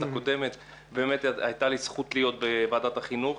הקודמת באמת הייתה לי זכות להיות בוועדת החינוך,